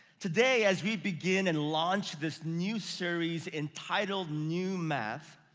today as we begin and launch this new series entitled new math,